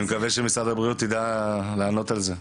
אני מקווה שמשרד הבריאות ידע לענות על זה.